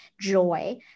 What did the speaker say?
joy